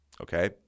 Okay